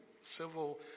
civil